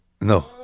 No